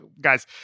guys